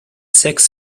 sechs